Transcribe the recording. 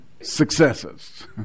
successes